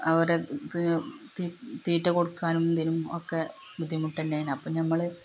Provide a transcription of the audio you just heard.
അവരെ തീറ്റ കൊടുക്കാനും ഇതിനും ഒക്കെ ബുദ്ധിമുട്ടുതന്നെയാണ് അപ്പോള് ഞമ്മള്